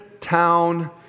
town